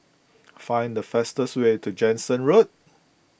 find the fastest way to Jansen Road